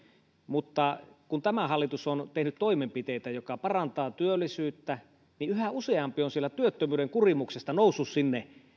mutta kun tämä hallitus on tehnyt toimenpiteitä jotka parantavat työllisyyttä niin yhä useampi on sieltä työttömyyden kurimuksesta noussut sinne